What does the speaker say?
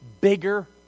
bigger